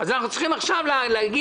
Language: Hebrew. אז אנחנו צריכים עכשיו להגיד,